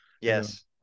Yes